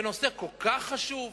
בנושא כל כך חשוב,